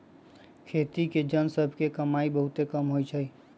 खेती के जन सभ के कमाइ बहुते कम होइ छइ